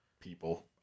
people